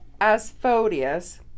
Asphodius